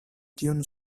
dune